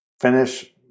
Finish